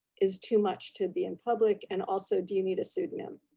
is too much to be in public. and also do you need a pseudonym?